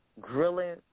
grilling